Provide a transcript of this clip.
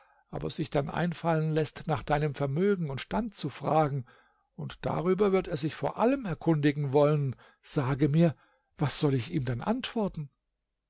aber sich dann einfallen läßt nach deinem vermögen und stand zu fragen und darüber wird er sich vor allem erkundigen wollen sage mir was soll ich ihm dann antworten